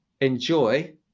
enjoy